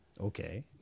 Okay